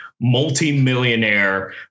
multimillionaire